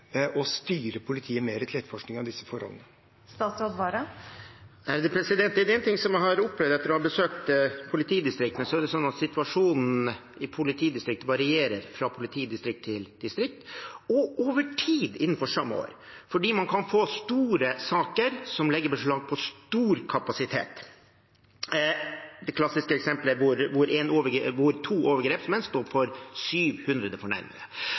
og styre politiet mer mot etterforskning av disse forholdene? Er det én ting jeg har opplevd etter å ha besøkt politidistriktene, er det at situasjonen varierer fra politidistrikt til politidistrikt, og over tid innenfor samme år, fordi man kan få store saker som legger beslag på stor kapasitet. Det klassiske eksemplet er der to overgrepsmenn står for 700 fornærmede. Da kan det en periode være behov for